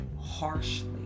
harshly